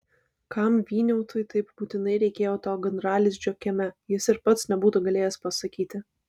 kam vyniautui taip būtinai reikėjo to gandralizdžio kieme jis ir pats nebūtų galėjęs pasakyti